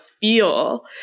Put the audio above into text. feel